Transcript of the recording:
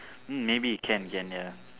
mm maybe can can ya